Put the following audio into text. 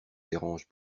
dérange